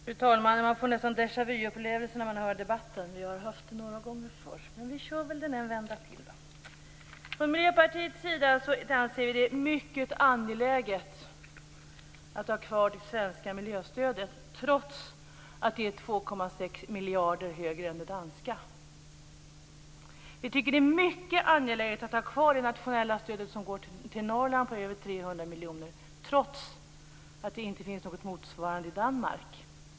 Fru talman! Man får nästan déjà vu-upplevelser när man hör debatten. Vi har haft den några gånger förr, men vi kör väl den en vända till. Vi i Miljöpartiet anser att det är mycket angeläget att ha kvar det svenska miljöstödet, trots att det är 2,6 miljarder högre än det danska. Vi tycker att det är mycket angeläget att ha kvar det nationella stödet på över 300 miljoner som går till Norrland, trots att det inte finns någon motsvarighet i Danmark.